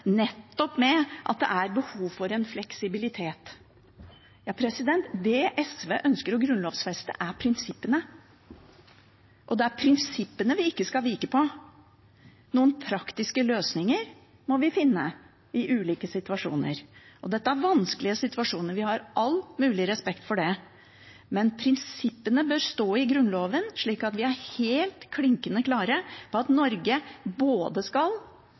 nettopp med at det er behov for fleksibilitet. Det SV ønsker å grunnlovfeste, er prinsippene, og det er prinsippene vi ikke skal vike på. Noen praktiske løsninger må vi finne i ulike situasjoner. Dette er vanskelige situasjoner, vi har all mulig respekt for det, men prinsippene bør stå i Grunnloven, slik at vi er helt klinkende klare på både at Norge skal overholde dem sjøl, og at vi skal